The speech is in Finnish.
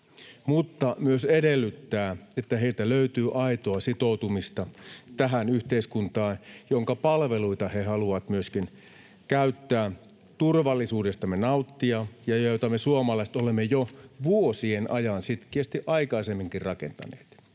tulee myös edellyttää, että heiltä löytyy aitoa sitoutumista tähän yhteiskuntaan, jonka palveluita he haluavat myöskin käyttää ja jonka turvallisuudesta nauttia ja jota me suomalaiset olemme jo vuosien ajan sitkeästi aikaisemminkin rakentaneet.